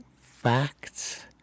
facts